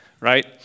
right